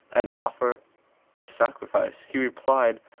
and offer a sacrifice. he replied,